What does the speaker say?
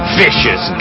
vicious